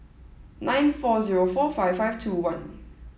nine four zero four five five two one